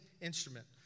instrument